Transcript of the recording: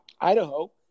idaho